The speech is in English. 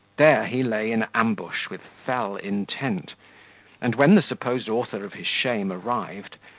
there he lay in ambush with fell intent and when the supposed author of his shame arrived,